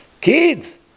Kids